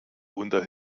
unter